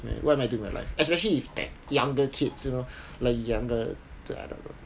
uh what am I doing with my life especially if that younger kids you know like younger I don't know